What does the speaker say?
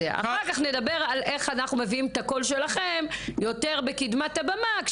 אחר כך נדבר על איך אנחנו מביאים את הקול שלכם יותר בקדמת הבמה.